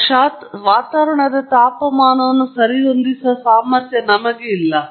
ದುರದೃಷ್ಟವಶಾತ್ ನನಗೆ ಸಾಧ್ಯವಾಗಲಿಲ್ಲ ವಾತಾವರಣದ ತಾಪಮಾನವನ್ನು ಸರಿಹೊಂದಿಸುವ ಸಾಮರ್ಥ್ಯ ನನಗೆ ಇಲ್ಲ